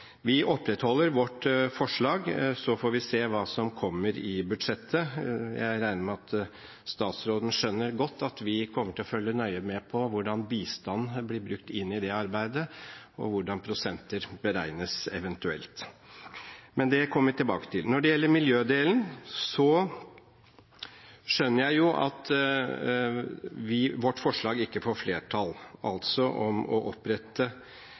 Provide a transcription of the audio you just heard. Vi opprettholder vårt forslag, så får vi se hva som kommer i budsjettet. Jeg regner med at statsråden skjønner at vi kommer til å følge nøye med på hvordan bistand blir brukt inn i det arbeidet, og hvordan prosenter eventuelt beregnes. Men det kommer vi tilbake til. Når det gjelder miljødelen, skjønner jeg at vårt forslag ikke får flertall – altså om å opprette